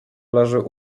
leży